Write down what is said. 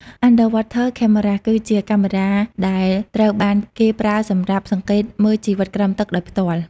Underwater Cameras គឺជាកាមេរ៉ាទដែលត្រូវបានគេប្រើសម្រាប់សង្កេតមើលជីវិតក្រោមទឹកដោយផ្ទាល់។